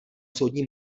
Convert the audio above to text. soudní